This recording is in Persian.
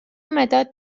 مداد